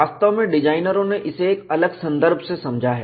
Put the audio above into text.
वास्तव में डिजाइनरों ने इसे एक अलग संदर्भ से समझा है